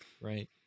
right